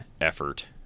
effort